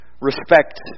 respect